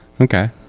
okay